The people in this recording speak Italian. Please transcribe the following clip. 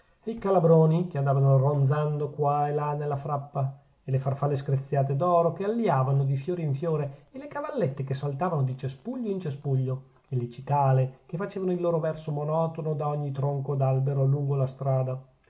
i calabroni che andavano ronzando qua e là nella frappa e le farfalle screziate d'oro che aliavano di fiore in fiore e le cavallette che saltavano di cespuglio in cespuglio e le cicale che facevano il loro verso monotono da ogni tronco d'albero lungo la strada